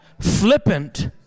flippant